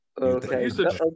Okay